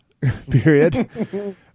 period